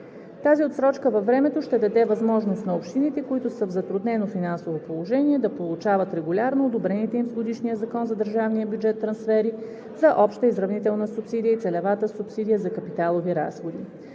Тази отсрочка във времето ще даде възможност на общините, които са в затруднено финансово положение, да получават регулярно одобрените им с Годишния закон за държавния бюджет трансфери за обща изравнителна субсидия и целевата субсидия за капиталови разходи.